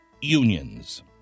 unions